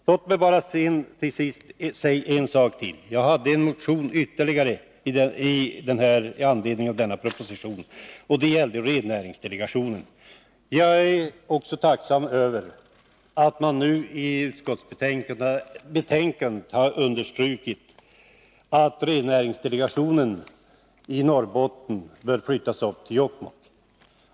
Låt mig till sist bara säga en sak till. Jag hade väckt ytterligare en motion i anledning av denna proposition. Det gällde rennäringsdelegationen. Jag är tacksam för att utskottet i föreliggande betänkande har understrukit att rennäringsdelegationen i Norrbotten bör förflyttas till Jokkmokk.